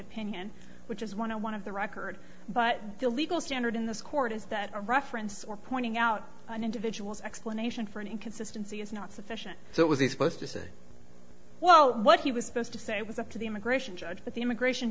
opinion which is one on one of the record but the legal standard in this court is that a reference or pointing out an individual's explanation for an inconsistency is not sufficient so was he supposed to say well what he was supposed to say was up to the immigration judge but the immigration